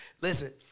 Listen